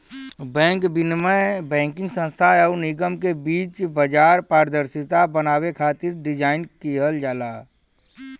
bank विनियम banking संस्थान आउर निगम के बीच बाजार पारदर्शिता बनावे खातिर डिज़ाइन किहल जाला